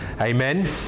amen